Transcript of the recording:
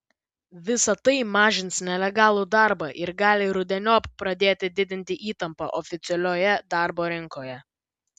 visa tai mažins nelegalų darbą ir gali rudeniop pradėti didinti įtampą oficialioje darbo rinkoje